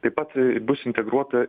taip pat bus integruota